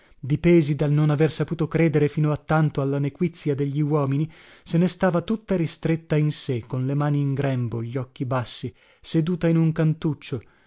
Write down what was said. torti dipesi dal non aver saputo credere fino a tanto alla nequizia degli uomini se ne stava tutta ristretta in sé con le mani in grembo gli occhi bassi seduta in un cantuccio